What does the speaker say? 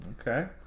okay